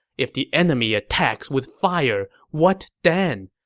if the enemy attacks with fire, what then?